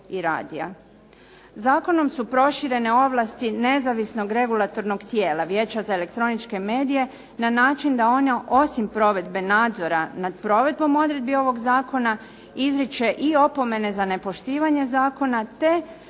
Zakonom su proširene ovlasti nezavisnog regulatornog tijela Vijeća za elektroničke medije na način da one osim provedbe nadzora nad provedbom odredbi ovog zakona izriče i opomene za nepoštivanje zakona, te